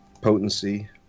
potency